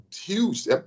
huge